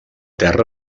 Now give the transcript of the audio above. terra